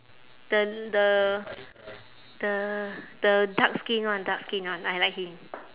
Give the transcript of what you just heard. the the the the dark skin one dark skin one I like him